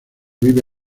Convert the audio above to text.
vive